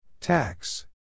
Tax